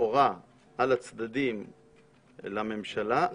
לכאורה על הצדדים בממשלה.